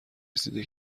رسیده